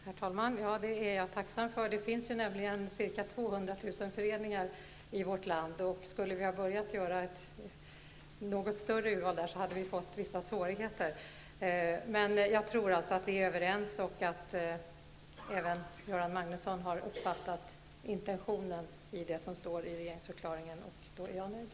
Herr talman! Det är jag tacksam för. Det finns ca 200 000 föreningar i vårt land. Vi hade därför fått vissa svårigheter om vi hade gjort ett större urval. Jag tror att Göran Magnusson och jag är överens och att han har uppfattat intentionen i det som står i regeringsförklaringen. Därmed är jag nöjd.